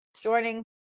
joining